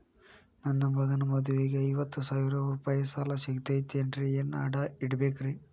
ನನ್ನ ಮಗನ ಮದುವಿಗೆ ಐವತ್ತು ಸಾವಿರ ರೂಪಾಯಿ ಸಾಲ ಸಿಗತೈತೇನ್ರೇ ಏನ್ ಅಡ ಇಡಬೇಕ್ರಿ?